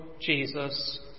Jesus